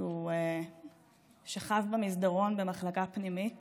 כשהוא שכב במסדרון במחלקה הפנימית